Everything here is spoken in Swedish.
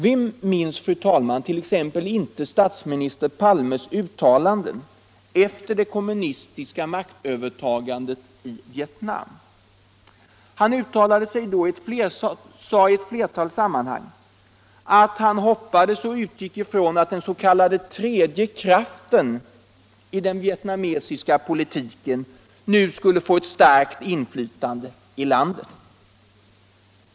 Vem minns t.ex. inte statsmninister Palmes uttalanden efter det kommunistiska maktövertagandet i Vietnam? Han sade då att han utgick från att den s.k. tredje kraften i den vietnamesiska politiken nu skulle få eu starkt inflytande i landet.